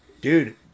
dude